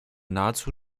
nahezu